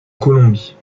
colombie